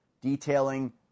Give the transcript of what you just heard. detailing